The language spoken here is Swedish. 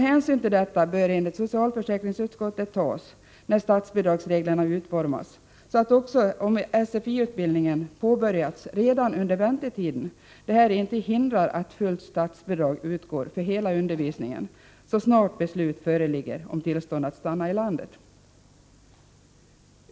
Hänsyn till detta bör enligt socialförsäkringsutskottet tas när statsbidragsreglerna utformas, så att — även om SFlI-utbildningen påbörjats redan under väntetiden — detta inte hindrar att fullt statsbidrag utgår för hela undervisningen, så snart beslut föreligger om tillstånd att stanna i landet.